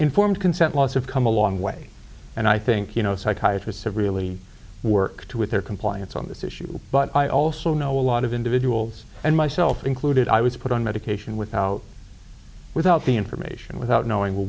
informed consent laws have come a long way and i think you know psychiatrists have really worked with their compliance on this issue but i also know a lot of individuals and myself included i was put on medication without without the information without knowing what